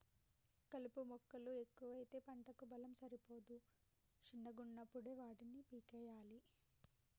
కలుపు మొక్కలు ఎక్కువైతే పంటకు బలం సరిపోదు శిన్నగున్నపుడే వాటిని పీకేయ్యలే